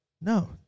no